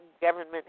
government